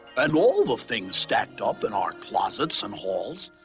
and all the things stacked up in our closet and halls.